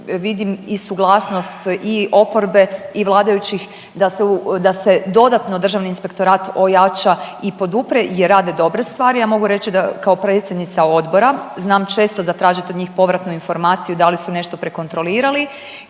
vidim i suglasnost i oporbe i vladajućih da se dodatno Državni inspektorat ojača i podupre jer rade dobre stvari. Ja mogu reći da kao predsjednica odbora znam često zatražiti od njih povratnu informaciju da li su nešto prekontrolirali